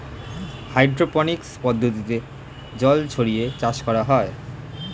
hydroponics পদ্ধতিতে জল ছড়িয়ে চাষ করা হয়